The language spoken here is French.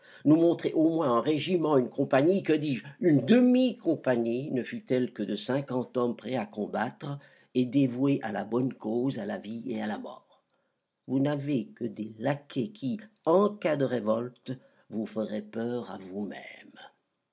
nous montrer au moins un régiment une compagnie que dis-je une demi compagnie ne fût-elle que de cinquante hommes prêts à combattre et dévoués à la bonne cause à la vie et à la mort vous n'avez que des laquais qui en cas de révolte vous feraient peur à vous-même